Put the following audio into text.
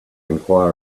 enquire